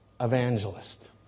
evangelist